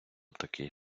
такий